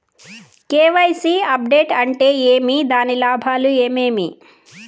KYC update అంటే ఏమి? దాని లాభాలు ఏమేమి?